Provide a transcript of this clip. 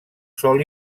sòl